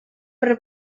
per